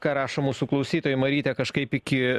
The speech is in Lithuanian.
ką rašo mūsų klausytojai marytė kažkaip iki